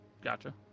Gotcha